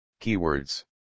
keywords